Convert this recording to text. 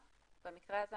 אוקיי.